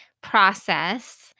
process